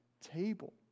table